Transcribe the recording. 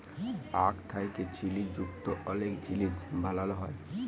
আখ থ্যাকে চিলি যুক্ত অলেক জিলিস বালালো হ্যয়